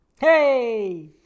Hey